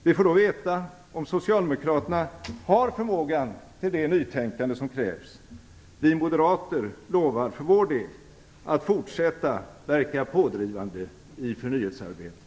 Vi får då veta om socialdemokraterna har förmågan till det nytänkande som krävs. Vi moderater lovar för vår del att fortsätta verka pådrivande i förnyelsearbetet.